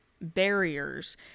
barriers